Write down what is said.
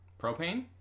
Propane